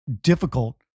difficult